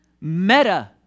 Meta